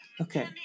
Okay